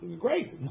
Great